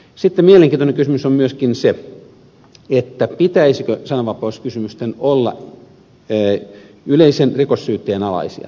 sitten mielenkiintoinen kysymys on myöskin se pitäisikö sananvapauskysymysten olla yleisen rikossyytteen alaisia